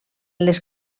les